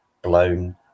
Blown